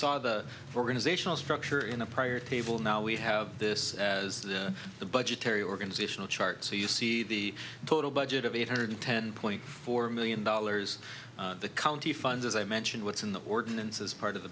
saw the organizational structure in a prior table now we have this as the budgetary organizational chart so you see the total budget of eight hundred ten point four million dollars the county funds as i mentioned what's in the ordinance as part of the